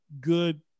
good